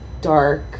dark